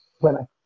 women